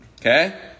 Okay